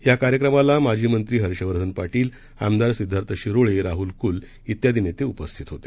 याकार्यक्रमालामाजीमंत्रीहर्षवर्धनपाटील आमदारसिद्धार्थशिरोळे राहुलकुल इत्यादीनेतेउपस्थितहोते